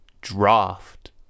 draft